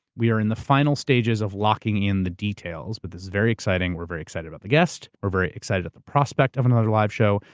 we are in the final stages of locking in the details, but this is very exciting. we're very excited about the guest, we're very excited at the prospect of another live show,